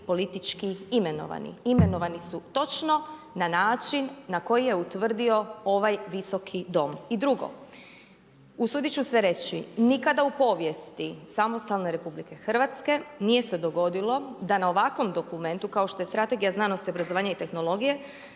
politički imenovani, imenovani su točno na način na koji je utvrdio ovaj Visoki dom. I drugo, usudit ću se reći, nikada u povijesti samostalne Republike Hrvatske nije se dogodilo da na ovakvom dokumentu kao što je Strategija znanosti, obrazovanja i tehnologije